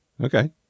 Okay